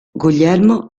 guglielmo